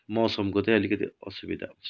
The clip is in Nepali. मौसमको चाहिँ अलिकति असुविधा हुन्छ